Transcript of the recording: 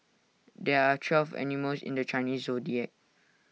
there are twelve animals in the Chinese Zodiac